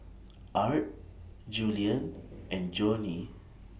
Art Julien and Joanie